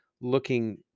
looking